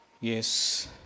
Yes